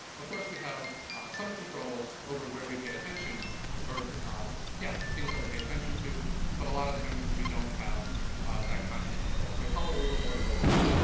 of course, we have some control over where we pay attention or yeah, the things that we pay attention to but a lot of times when we don't have that conscious control. so i call it a little more low-level.